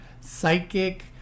psychic